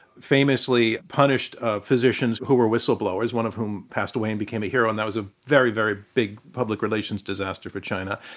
famously punished ah physicians who were whistleblowers, one of whom passed away and became a hero. and that was a very, very big public relations disaster for china.